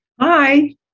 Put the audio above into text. Hi